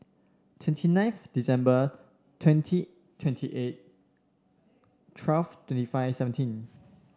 twenty ninth December twenty twenty eight twelve twenty five seventeen